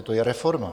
To je reforma.